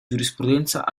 giurisprudenza